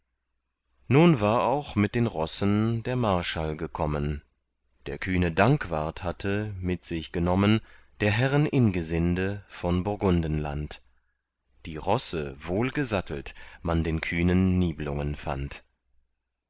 nun war auch mit den rossen der marschall gekommen der kühne dankwart hatte mit sich genommen der herren ingesinde von burgundenland die rosse wohlgesattelt man den kühnen niblungen fand